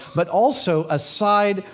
but also a side,